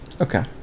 okay